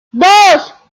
dos